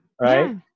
Right